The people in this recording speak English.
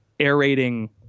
aerating